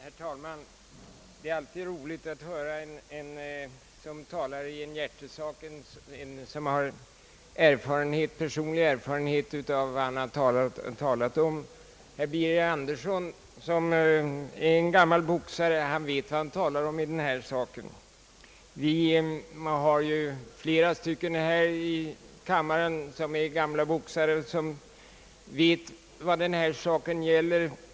Herr talman! Det är alltid roligt att lyssna till en person som talar i en hjärtesak, som har erfarenhet av vad han talar om. Herr Birger Andersson vet som gammal boxare vad han talar om i detta ärende. Vi har ju flera ledamöter i kammaren som är gamla boxare och som vet vad denna fråga gäller.